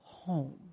home